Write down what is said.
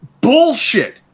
bullshit